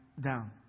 down